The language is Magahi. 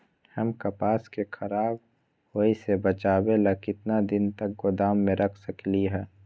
हम कपास के खराब होए से बचाबे ला कितना दिन तक गोदाम में रख सकली ह?